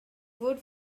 wood